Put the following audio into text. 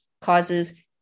causes